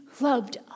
loved